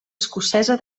escocesa